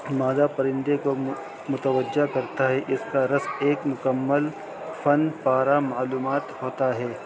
مذہ پرندے کو متوجہ کرتا ہے اس کا رس ایک مکمل فن پارا معلومات ہوتا ہے